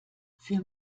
für